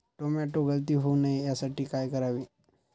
Tomato गळती होऊ नये यासाठी काय करावे?